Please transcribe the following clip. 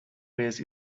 race